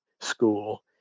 school